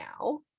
now